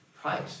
price